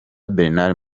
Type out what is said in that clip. bernard